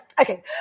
Okay